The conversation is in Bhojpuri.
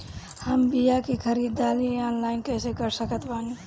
हम बीया के ख़रीदारी ऑनलाइन कैसे कर सकत बानी?